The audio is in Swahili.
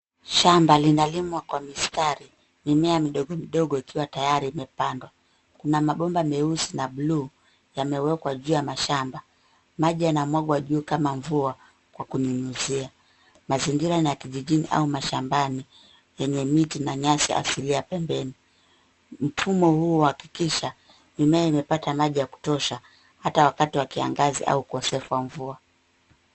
Shamba linalimwa kwa mistari mimea midogo midogo ukiwa tayari imepandwa ,kuna mabomba meusi na buluu yamewekwa juu ya mashamba, maji yanamwagwa juu kama mvua kwa kuninyunyizia mazingira ni ya kijiji au mashambani yenye miti na nyasi asili ya pembeni ,mfumo huu uhakikisha mimea imepata maji ya kutosha hata wakati wa kiangazi au ukosefu kwa mvua.